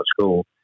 school